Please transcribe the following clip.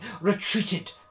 retreated